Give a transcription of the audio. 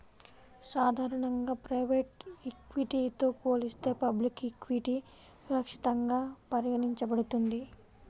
సాధారణంగా ప్రైవేట్ ఈక్విటీతో పోలిస్తే పబ్లిక్ ఈక్విటీ సురక్షితంగా పరిగణించబడుతుంది